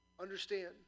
Understand